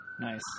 nice